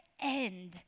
end